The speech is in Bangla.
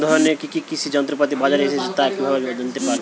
নতুন ধরনের কি কি কৃষি যন্ত্রপাতি বাজারে এসেছে তা কিভাবে জানতেপারব?